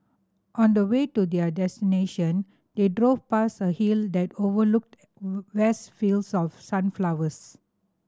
on the way to their destination they drove past a hill that overlooked vast fields of sunflowers